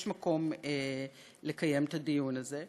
יש מקום לקיים את הדיון הזה.